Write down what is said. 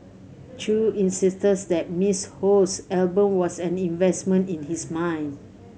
Chew insisted that Miss Ho's album was an investment in his mind